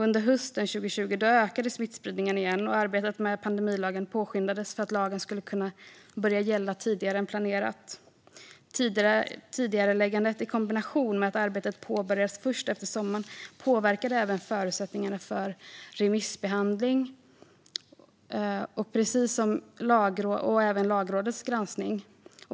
Under hösten 2020 ökade smittspridningen igen, och arbetet med pandemilagen påskyndades för att lagen skulle kunna börja gälla tidigare än planerat. Tidigareläggandet i kombination med att arbetet påbörjades först efter sommaren påverkade förutsättningarna för remissbehandlingen och även Lagrådets granskning.